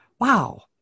wow